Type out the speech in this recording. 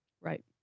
Right